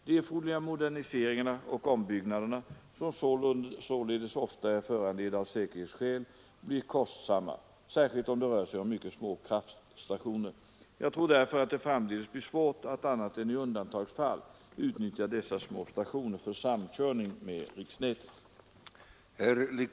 De erforderliga moderniseringarna och ombyggnaderna, som således ofta är föranledda av säkerhetsskäl, blir kostsamma, särskilt om det rör sig om mycket små kraftstationer. Jag tror därför att det framdeles blir svårt att annat än i undantagsfall utnyttja dessa små stationer för samkörning med riksnätet.